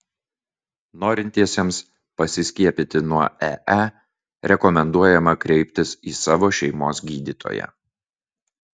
norintiesiems pasiskiepyti nuo ee rekomenduojama kreiptis į savo šeimos gydytoją